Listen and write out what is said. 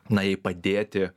na jai padėti